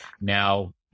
now